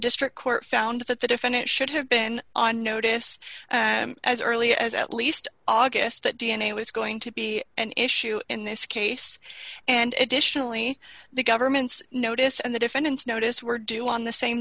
district court found that the defendant should have been on notice as early as at least august that d n a was going to be an issue in this case and additionally the government's notice and the defendant's notice were due on the same